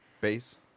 Base